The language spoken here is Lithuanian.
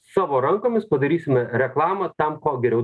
savo rankomis padarysime reklamą tam ko geriau